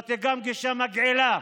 זאת גישה מגעילה.